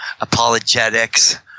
apologetics